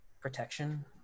Protection